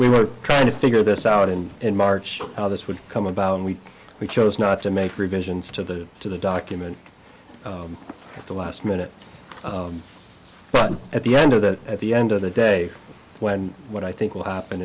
we were trying to figure this out in march how this would come about and we we chose not to make revisions to the to the document at the last minute but at the end of that at the end of the day when what i think will happen